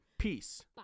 Peace